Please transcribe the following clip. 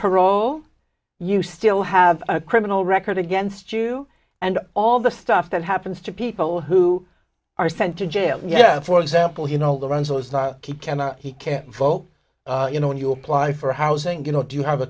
parole you still have a criminal record against you and all the stuff that happens to people who are sent to jail yet for example you know the runs or keep cannot he can't vote you know when you apply for housing you know do you have a